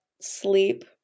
sleep